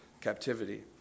captivity